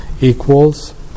equals